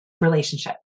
relationship